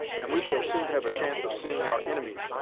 and we shall soon have a chance of seeing our inimies,